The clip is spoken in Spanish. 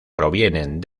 provienen